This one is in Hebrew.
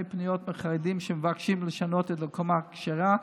פניות מחרדים שמבקשים לשנות את הקומה הכשרה.